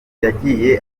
yagiye